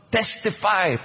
testify